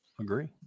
Agree